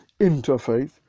interfaith